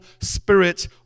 spirit